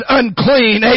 unclean